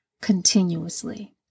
continuously